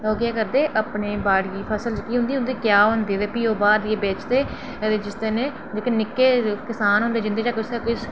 ओह् केह् करदे अपने बाड़ियें फसल जेह्की होंदी उंदी क्या होंदी प्ही बाह्र जाइयै बेचदे अदे जिस कन्नै इक निक्के किसान जिं'दे चा तुसें कोई